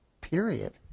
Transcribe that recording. Period